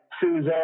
Suzanne